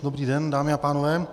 Dobrý den, dámy a pánové.